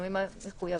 בשינויים המחויבים".